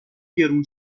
گرون